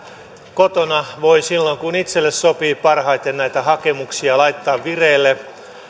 kotona voi silloin kun itselle sopii parhaiten näitä hakemuksia laittaa vireille